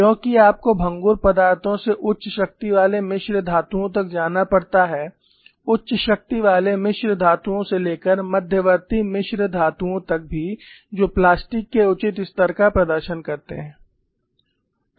क्योंकि आपको भंगुर पदार्थों से उच्च शक्ति वाले मिश्र धातुओं तक जाना पड़ता है उच्च शक्ति वाले मिश्र धातुओं से लेकर मध्यवर्ती मिश्र धातुओं तक भी जो प्लास्टिक के उचित स्तर का प्रदर्शन करते हैं